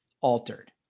altered